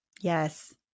Yes